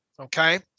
Okay